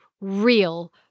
real